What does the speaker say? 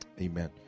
Amen